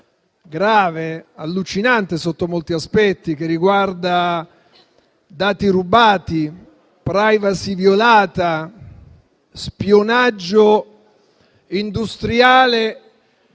grave e allucinante sotto molti aspetti, che riguarda dati rubati, *privacy* violata, spionaggio industriale